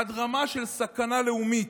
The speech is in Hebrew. עד רמה של סכנה לאומית.